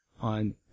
on